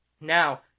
Now